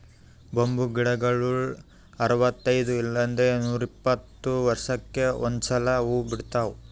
bamboo ಗಿಡಗೊಳ್ ಅರವತೈದ್ ಇಲ್ಲಂದ್ರ ನೂರಿಪ್ಪತ್ತ ವರ್ಷಕ್ಕ್ ಒಂದ್ಸಲಾ ಹೂವಾ ಬಿಡ್ತಾವ್